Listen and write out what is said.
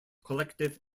collective